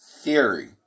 Theory